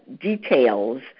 details